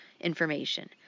information